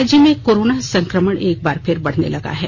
राज्य में कोरोना संकमण एक बार फिर बढ़ने लगा है